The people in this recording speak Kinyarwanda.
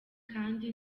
kandi